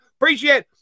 appreciate